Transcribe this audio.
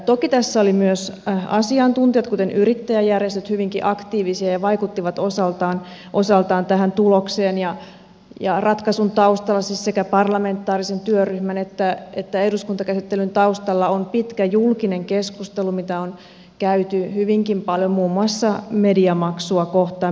toki tässä olivat myös asiantuntijat kuten yrittäjäjärjestöt hyvinkin aktiivisia ja vaikuttivat osaltaan tähän tulokseen ja ratkaisun taustalla siis sekä parlamentaarisen työryhmän että eduskuntakäsittelyn taustalla on pitkä julkinen keskustelu jota on käyty hyvinkin paljon muun muassa mediamaksusta